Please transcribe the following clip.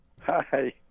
Hi